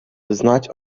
znać